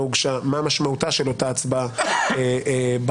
הוגשה מה משמעותה של אותה הצבעה בחוק.